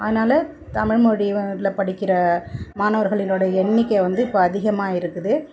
அதனால் தமிழ்மொழியில் படிக்கின்ற மாணவர்களினோடய எண்ணிக்கை வந்து இப்போ அதிகமாக இருக்குது